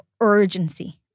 urgency